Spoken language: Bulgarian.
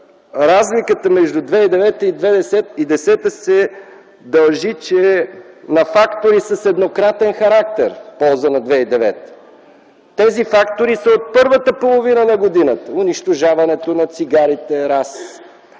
разликата между 2009 и 2010 г. се дължи на фактори с еднократен характер в полза на 2009 г. Тези фактори са от първата половина на годината – унищожаването на цигарите, раз;